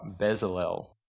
Bezalel